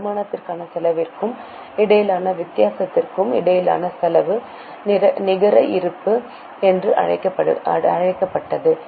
வருமானத்திற்கும் செலவிற்கும் இடையிலான வித்தியாசத்திற்கும் இடையிலான செலவு நிகர இருப்பு என்று அழைக்கப்பட்டது